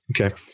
Okay